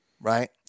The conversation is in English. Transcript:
right